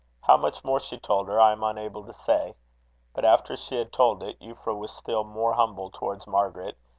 how much more she told her i am unable to say but after she had told it, euphra was still more humble towards margaret,